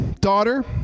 daughter